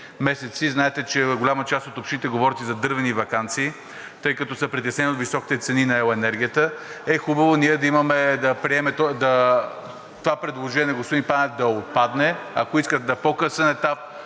месеци, знаете, че голяма част от общините говорят и за дървени ваканции, тъй като са притеснени от високите цени на ел. енергията, е хубаво това предложение на господин Панев да отпадне. Ако искат, на по късен етап